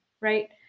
right